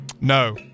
No